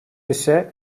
ise